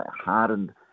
hardened